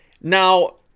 Now